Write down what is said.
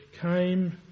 came